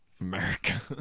America